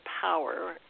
power